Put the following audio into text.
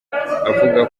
avuga